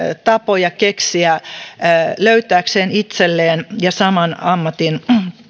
tapoja löytääkseen itselleen ja saman ammatin